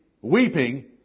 weeping